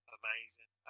amazing